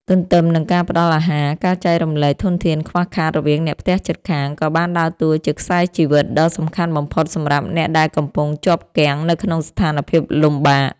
ទន្ទឹមនឹងការផ្ដល់អាហារ ការចែករំលែកធនធានខ្វះខាតរវាងអ្នកផ្ទះជិតខាង ក៏បានដើរតួជា ខ្សែជីវិត ដ៏សំខាន់បំផុតសម្រាប់អ្នកដែលកំពុងជាប់គាំងនៅក្នុងស្ថានភាពលំបាក។